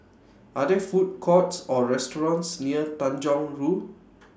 Are There Food Courts Or restaurants near Tanjong Rhu